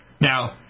Now